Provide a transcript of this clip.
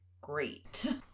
great